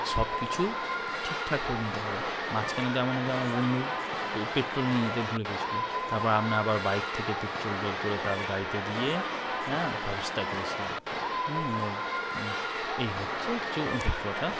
সব কিছু ঠিক ঠাক করে নিতে হবে মাঝখানে তেমন হয় যে আমার বন্ধুর পেট্রোল নিয়ে যেতে ভুলে গেছিলো তারপর আমরা আবার বাইক থেকে পেট্রোল বের করে তার গাড়িতে দিয়ে ব্যবস্থা করেছিলাম এই হচ্ছে কিছু অভিজ্ঞতা